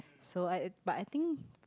so I but I think